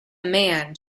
man